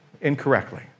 incorrectly